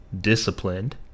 disciplined